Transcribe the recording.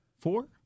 four